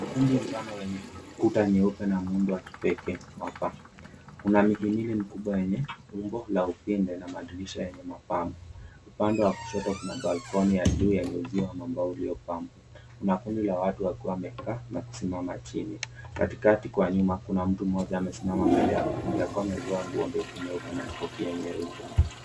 Ukumbi mpana wenye kuta nyeupe na muundo wa kipekee wa paa una mihimili mikubwa yenye umbo la upinde na madirisha yenye mapambo. Upande wa kushoto kuna balkoni ya juu yenye uzio wa mambao uliopambwa. kuna kundi la watu wakiwa wamekaa na kusimama chini, katikati kwa nyuma kuna mtu mmoja amesimama mbele ya kikundi akiwa amevaa nguo ndefu nyeupe na kofia nyeupe.